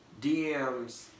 DMs